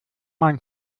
man